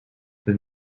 been